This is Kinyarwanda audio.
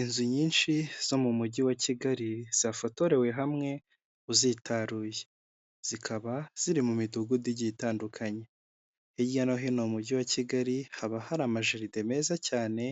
Inzu nyinshi zo mu mujyi wa Kigali zafotorewe hamwe uzitaruye zikaba ziri mu midugudu igiye itandukanye hirya no hino mu mujyi wa Kigali haba hari ama jeride meza cyane